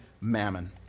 mammon